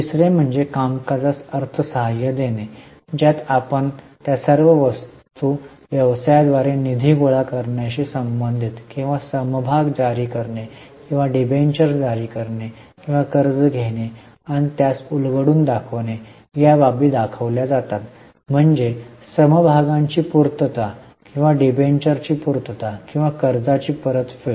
तिसरे म्हणजे कामकाजास अर्थ सहाय्य देणे ज्यात आपण त्या सर्व वस्तू व्यवसायाद्वारे निधी गोळा करण्याशी संबंधित किंवा समभाग जारी करणे किंवा डिबेंचर जारी करणे किंवा कर्ज घेणे आणि त्यास उलगडून दाखविणे या बाबी दाखविल्या जातात म्हणजे समभागांची पूर्तता किंवा डिबेंचरची पूर्तता किंवा कर्जाची परतफेड